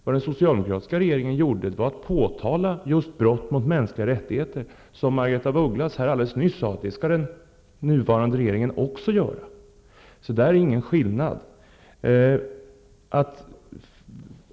Vad den socialdemokratiska regeringen gjorde var att påtala just brott mot mänskliga rättigheter, som Margaretha af Ugglas nyss sade att den nuvarande regeringen också skall göra. Där är det alltså ingen skillnad.